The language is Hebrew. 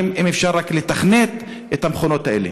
אם יהיה אפשר רק לתכנת את המכונות האלה.